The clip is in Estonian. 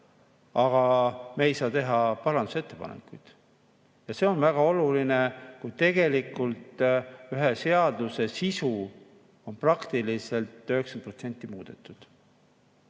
aga me ei saa teha parandusettepanekuid. See on väga oluline, kui tegelikult ühe seaduse sisu on peaaegu 90% muudetud.